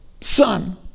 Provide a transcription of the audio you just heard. son